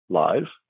live